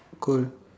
cool